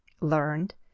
learned